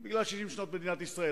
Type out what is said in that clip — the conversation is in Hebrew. זה בגלל 60 שנים למדינת ישראל,